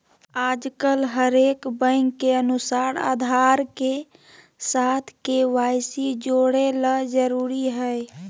आजकल हरेक बैंक के अनुसार आधार के साथ के.वाई.सी जोड़े ल जरूरी हय